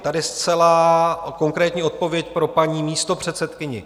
Tady zcela konkrétní odpověď pro paní místopředsedkyni.